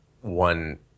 one